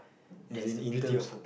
as in in terms